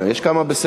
הם לא ציונים.